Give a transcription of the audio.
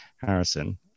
Harrison